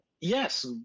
yes